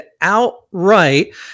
outright